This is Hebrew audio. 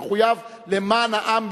אני מחויב למען העם בישראל,